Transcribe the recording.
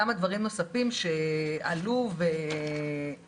כמה דברים נוספים שעלו וככה,